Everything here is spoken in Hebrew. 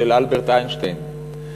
אלברט איינשטיין.